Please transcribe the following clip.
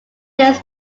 this